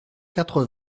quatre